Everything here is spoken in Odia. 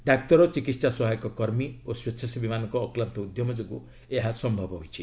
ଡାକ୍ତର ଚିକିତ୍ସା ସହାୟକ କର୍ମୀ ଓ ସ୍ୱେଚ୍ଛାସେବୀମାନଙ୍କ ଅକ୍ଲାନ୍ତ ଉଦ୍ୟମ ଯୋଗୁଁ ଏହା ସମ୍ଭବ ହୋଇଛି